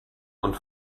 und